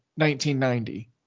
1990